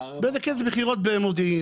באיזשהו כנס במודיעין.